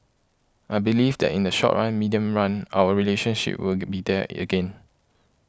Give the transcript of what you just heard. I believe that in the short run medium run our relationship will be there again